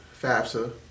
FAFSA